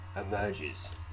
emerges